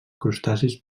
crustacis